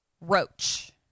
Roach